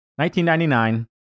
1999